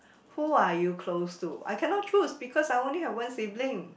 who are you close to I cannot choose because I only have one sibling